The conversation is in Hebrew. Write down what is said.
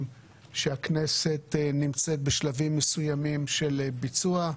שהכנסת נמצאת בשלבים מסוימים של ביצוע,